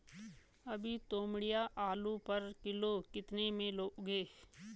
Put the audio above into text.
अभी तोमड़िया आलू पर किलो कितने में लोगे?